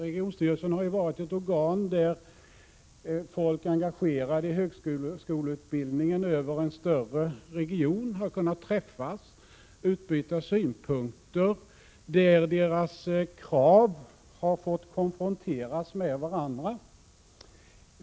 Regionstyrelsen har ju varit ett organ där folk engagerade i högskoleutbildningen över en större region har kunnat träffas och utbyta synpunkter, där deras krav har fått konfronteras med varandra.